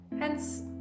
Hence